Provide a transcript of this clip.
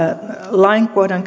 lainkohdan